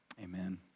amen